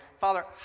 Father